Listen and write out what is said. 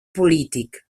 polític